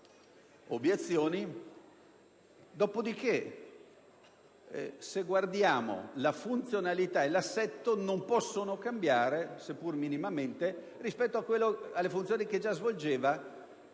obiezioni. Se guardiamo poi la funzionalità e l'assetto, non possono cambiare, seppur minimamente, rispetto alle funzioni che già svolgeva